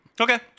Okay